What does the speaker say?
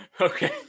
Okay